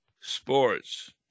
sports